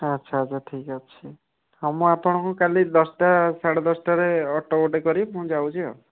ଆଚ୍ଛା ଆଚ୍ଛା ଠିକ ଅଛି ହଉ ମୁଁ ଆପଣଙ୍କୁ କାଲି ଦଶଟା ସାଢ଼େ ଦଶଟାରେ ଅଟୋ ଗୋଟେ କରିକି ମୁଁ ଯାଉଛି ଆଉ